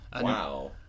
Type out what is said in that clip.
Wow